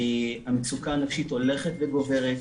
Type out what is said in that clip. והמצוקה הנפשית הולכת וגוברת.